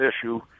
issue